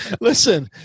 Listen